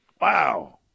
Wow